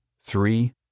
three